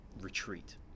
retreat